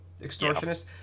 Extortionist